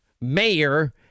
mayor